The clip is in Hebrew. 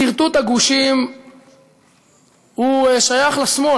סרטוט הגושים שייך לשמאל,